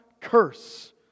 curse